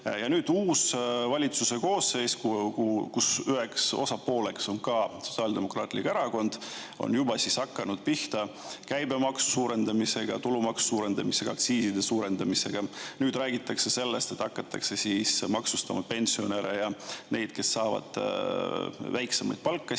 Ja nüüd on uus valitsuse koosseis, mille üks osapool on ka Sotsiaaldemokraatlik Erakond, juba hakanud pihta käibemaksu suurendamisega, tulumaksu suurendamisega ja aktsiiside suurendamisega. Nüüd räägitakse sellest, et hakatakse maksustama pensionäre ja neid, kes saavad väiksemat palka,